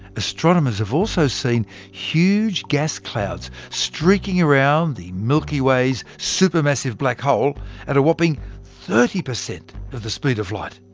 astronomers have also seen huge gas clouds streaking around the milky way's supermassive black hole at a whopping thirty percent of the speed of light!